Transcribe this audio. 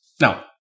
Now